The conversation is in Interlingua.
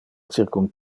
circum